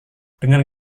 dengan